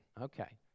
Okay